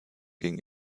ging